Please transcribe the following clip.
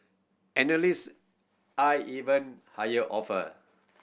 analyst eyed even higher offer